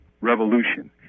revolution